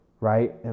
right